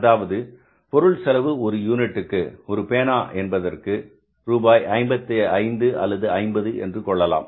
அதாவது பொருள் செலவு ஒரு யூனிட்டுக்கு ஒரு பேனாவிற்கு என்பதை ரூபாய் 55 அல்லது 50 என்று கொள்ளலாம்